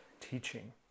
teaching